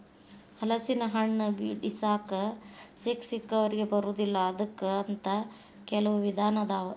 ಹಲಸಿನಹಣ್ಣ ಬಿಡಿಸಾಕ ಸಿಕ್ಕಸಿಕ್ಕವರಿಗೆ ಬರುದಿಲ್ಲಾ ಅದಕ್ಕ ಅಂತ ಕೆಲ್ವ ವಿಧಾನ ಅದಾವ